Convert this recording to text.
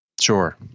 Sure